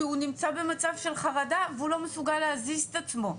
כי הוא נמצא במצב של חרדה ולא מסוגל להזיז את עצמו ולהתפנות?